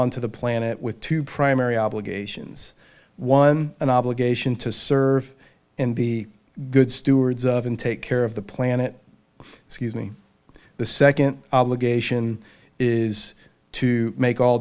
on to the planet with two primary obligations one an obligation to serve in the good stewards of and take care of the planet excuse me the second obligation is to make all